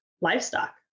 livestock